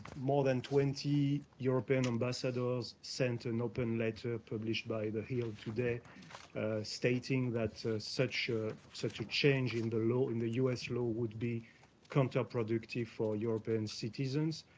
more than twenty european ambassadors sent an open letter published by the hill today stating that such such a change in the law in the u s. law would be counterproductive for european citizens.